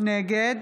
נגד